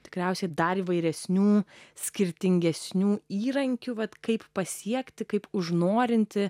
tikriausiai dar įvairesnių skirtingesnių įrankiu vat kaip pasiekti kaip už norinti